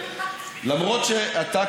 למרות שאתה,